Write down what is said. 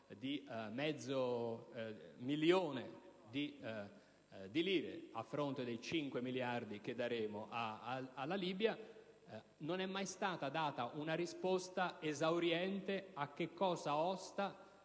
di mezzo milione di euro a fronte dei cinque miliardi che daremo alla Libia. Non è mai stata data una risposta esauriente alla domanda